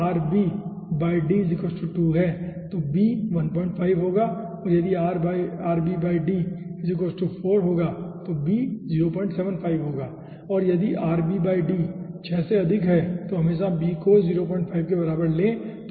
यदि RB D 2 है तो B 15 होगा यदि RB D 4 होगा तो B 075 होगा और यदि RB D 6 से अधिक है तो हमेशा B को 05 के बराबर लें